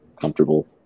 comfortable